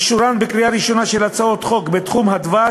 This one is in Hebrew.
אישורן בקריאה ראשונה של הצעות חוק בתחום הדבש,